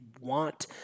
want